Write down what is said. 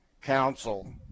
Council